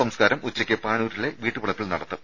സംസ്കാരം ഉച്ചയ്ക്ക് പാനൂരിലെ വീട്ടുവളപ്പിൽ നടത്തും